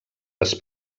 les